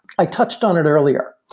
i touched on it earlier.